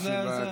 אה,